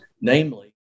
Namely